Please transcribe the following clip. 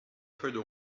feuille